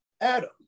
Adam